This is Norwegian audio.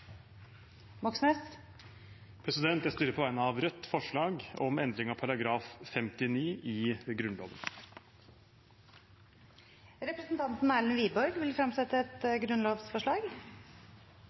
Moxnes vil fremsette et grunnlovsforslag. Jeg framsetter på vegne av Rødt forslag om endring av § 59 i Grunnloven. Representanten Erlend Wiborg vil fremsette et